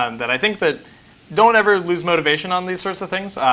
um that i think that don't ever lose motivation on these sorts of things.